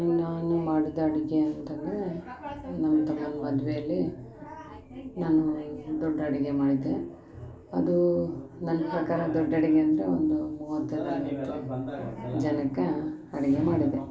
ನಾನು ಮಾಡಿದ ಅಡುಗೆ ಅಂತಂದರೆ ನಮ್ಮ ತಮ್ಮನ ಮದುವೆಯಲ್ಲಿ ನಾನೂ ದೊಡ್ಡ ಅಡುಗೆ ಮಾಡಿದ್ದೆ ಅದೂ ನನ್ನ ಪ್ರಕಾರ ದೊಡ್ಡ ಅಡುಗೆ ಅಂದರೆ ಒಂದು ಮೂವತ್ತರಿಂದ ನಲ್ವತ್ತು ಜನಕ್ಕ ಅಡುಗೆ ಮಾಡಿದ್ದೆ